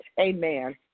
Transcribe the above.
Amen